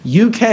UK